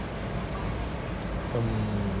um